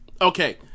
Okay